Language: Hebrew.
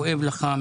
כואב לך,